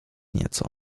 nieco